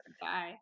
bye